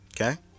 Okay